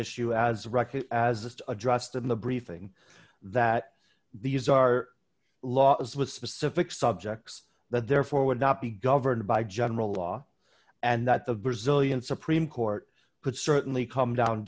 reckitt as just addressed in the briefing that these are laws with specific subjects that therefore would not be governed by general law and that the brazilian supreme court could certainly come down